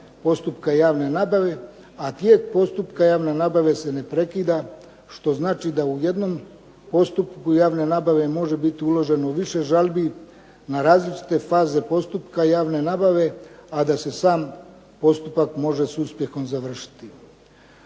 postupka javne nabave, a tijek postupka javne nabave se ne prekida, što znači da u jednom postupku javne nabave može biti uloženo više žalbi na različite faze postupka javne nabave, a da se sam postupak može s uspjehom završiti